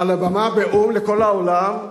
על הבמה באו"ם לכל העולם,